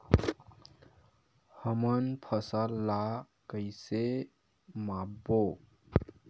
हमन फसल ला कइसे माप बो?